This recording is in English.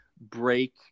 break